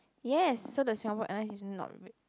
yes so the Singapore Airlines is not